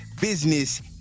business